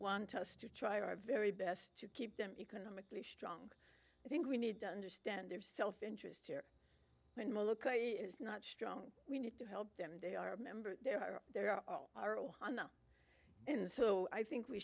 want us to try our very best to keep them economically strong i think we need to understand their self interest here is not strong we need to help them they are members there are there are all in so i think we